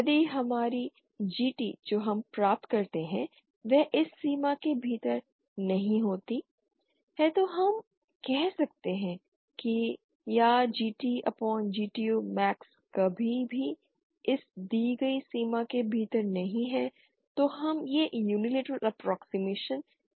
यदि हमारी GT जो हम प्राप्त करते हैं वह इस सीमा के भीतर नहीं होती है तो हम कह सकते हैं या GT अपॉन GTU मैक्स कभी भी इस दी गई सीमा के भीतर नहीं है तो हम यह यूनीलेटरल अप्प्रोक्सिमेशन नहीं कर सकते हैं